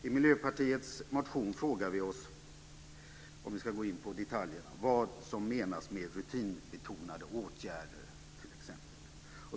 I Miljöpartiets motion frågar vi oss, om vi ska gå in på detaljer, vad som menas med "rutinbetonade åtgärder".